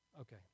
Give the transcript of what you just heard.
Okay